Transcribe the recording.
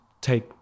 take